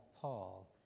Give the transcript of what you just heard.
Paul